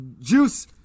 Juice